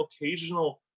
occasional